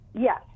Yes